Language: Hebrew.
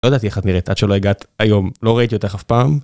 לא ידעתי איך את נראית עד שלא הגעת היום, לא ראיתי אותך אף פעם.